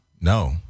No